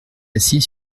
assis